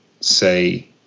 say